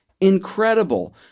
incredible